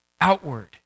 outward